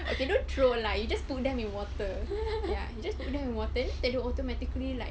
okay don't throw lah you just put them in water ya you just put them in water then they'll automatically like